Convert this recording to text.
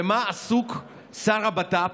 במה עסוק שר הבט"פ?